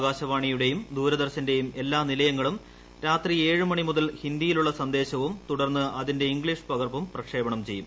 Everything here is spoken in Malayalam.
ആകാശവാണിയുടെയും ദൂര്ഭൂർശന്റെയും എല്ലാ നിലയങ്ങളും രാത്രി ഏഴ് മണി മുതൽ ഹിന്ദിയിലുള്ള സന്ദേശവും തുടർന്ന് അതിന്റെ ഇംഗ്ലീഷ് പകർപ്പും പ്രക്ഷേപണം ചെയ്യും